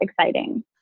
exciting